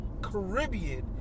Caribbean